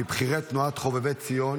מבכירי תנועת חובבי ציון,